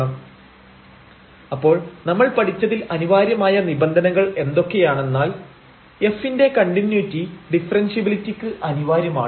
Δza Δxb Δyϵ1 Δxϵ2 Δy അപ്പോൾ നമ്മൾ പഠിച്ചതിൽ അനിവാര്യമായ നിബന്ധനകൾ എന്തൊക്കെയാണെന്നാൽ f ൻറെ കണ്ടിന്യൂയിറ്റി ഡിഫറൻഷ്യബിലിറ്റിക്ക് അനിവാര്യമാണ്